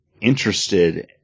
interested